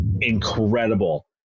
incredible